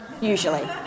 usually